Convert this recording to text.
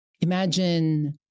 Imagine